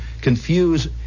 confuse